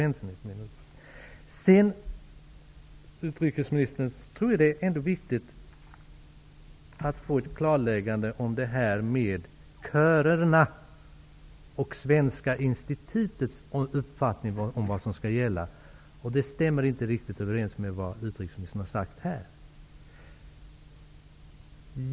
Jag tror, utrikesministern, att det ändå är viktigt att få ett klarläggande om det här med körerna och Svenska institutets uppfattning om vad som skall gälla. Det hela stämmer inte riktigt överens med vad utrikesministern här har sagt.